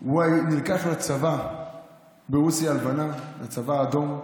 הוא נלקח לצבא ברוסיה הלבנה, לצבא האדום.